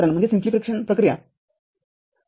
जी सरलीकरण प्रक्रिया आहे